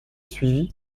suivi